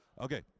Okay